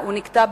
נקטע.